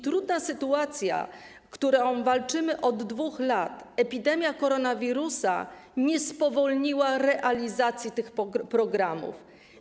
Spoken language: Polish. Trudna sytuacja, z którą walczymy od 2 lat, czyli epidemia koronawirusa, nie spowolniła realizacji tych programów.